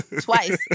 twice